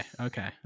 Okay